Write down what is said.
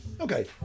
Okay